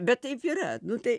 bet taip yra nu tai